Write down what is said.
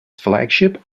flagship